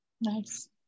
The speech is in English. Nice